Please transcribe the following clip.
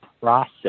process